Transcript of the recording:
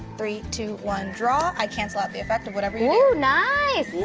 three, two, one, draw. i cancel out the effect of whatever you do. ooh, nice. ooh.